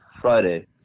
friday